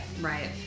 Right